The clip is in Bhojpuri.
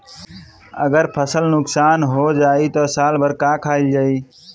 अगर फसल नुकसान हो जाई त साल भर का खाईल जाई